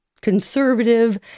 conservative